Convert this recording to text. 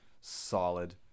solid